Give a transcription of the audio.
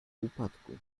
upadku